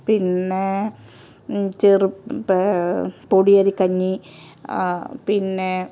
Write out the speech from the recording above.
പിന്നെ ചെറുപയർ പൊടി അരി കഞ്ഞി പിന്നെ